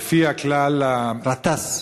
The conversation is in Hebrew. לפי הכלל, גטאס.